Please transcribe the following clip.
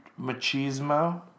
machismo